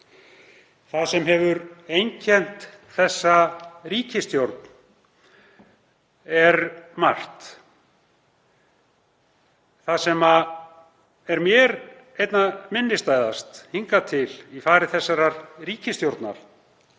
Það sem hefur einkennt þessa ríkisstjórn er margt. Það sem er mér einna minnisstæðast hingað til í fari hennar er